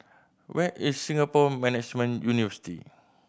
where is Singapore Management University